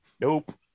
nope